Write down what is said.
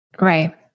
Right